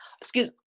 Excuse